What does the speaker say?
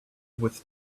with